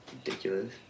Ridiculous